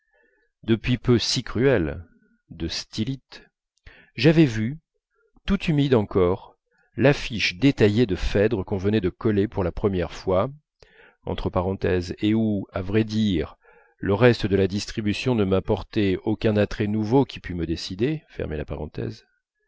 depuis peu si cruelle de stylite j'avais vu toute humide encore l'affiche détaillée de phèdre qu'on venait de coller pour la première fois et où à vrai dire le reste de la distribution ne m'apportait aucun attrait nouveau qui pût me décider